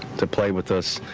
to play with us,